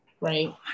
right